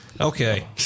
Okay